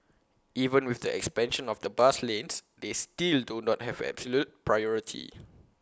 even with the expansion of bus lanes they still do not have absolute priority